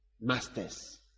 Masters